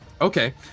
Okay